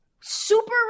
Super